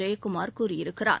ஜெயக்குமார் கூறியிருக்கிறார்